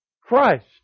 Christ